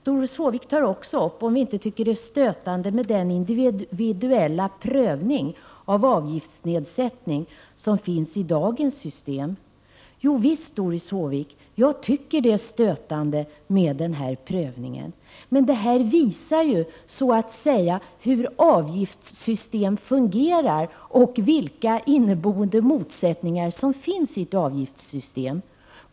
Doris Håvik frågar om vi inte tycker det är stötande med den individuella prövning av avgiftsnedsättningen som finns i dagens system. Jo visst, Doris Håvik, jag tycker det är stötande med denna prövning. Men detta visar så att säga hur avgiftssystem fungerar, och vilka inneboende motsättningar som finns i ett avgiftssystem.